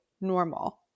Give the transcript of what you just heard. normal